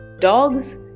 dogs